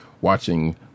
watching